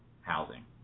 housing